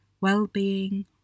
well-being